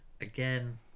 Again